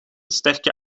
sterke